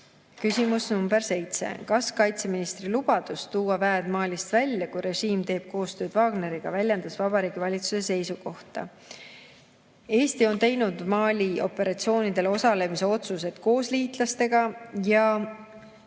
Küsimus nr 7: "Kas kaitseministri lubadus tuua väed Malist välja, kui režiim teeb koostööd Wagneriga, väljendas Vabariigi Valitsuse seisukohta?" Eesti on teinud Mali operatsioonidel osalemise otsused koos liitlastega ja